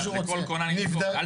לכל כונן יש -- בסדר,